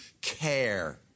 care